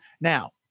Now